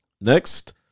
Next